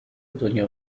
دنیا